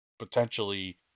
potentially